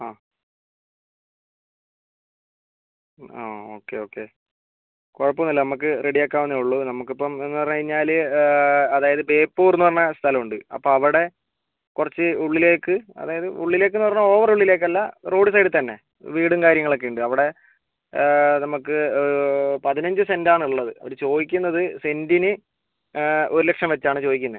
ആ ആ okay okay കുഴപ്പമൊന്നുമില്ല നമുക്ക് റെഡി ആക്കാന്നെ ഉള്ളൂ നമുക്കിപ്പം കഴിഞ്ഞാൽ അതായത് ബേപ്പൂര് എന്ന് പറഞ്ഞ സ്ഥലമുണ്ട് അപ്പം അവിടെ കുറച്ച് ഉള്ളിലേക്ക് അതായത് ഉള്ളിലേക്ക് എന്ന് പറഞ്ഞാൽ ഓവര് ഉള്ളിലേക്ക് അല്ല റോഡ്സൈഡിൽ തന്നെ വീടും കാര്യങ്ങളും ഒക്കെ ഉണ്ട് അവിടെ നമുക്ക് പതിനഞ്ച് സെന്റ് ആണ് ഉള്ളത് അവർ ചോദിക്കുന്നത് സെന്റിന് ഒരു ലക്ഷം വെച്ചാണ് ചോദിക്കുന്നത്